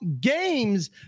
games